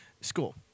School